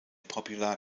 popular